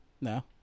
No